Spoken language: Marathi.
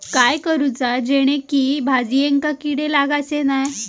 काय करूचा जेणेकी भाजायेंका किडे लागाचे नाय?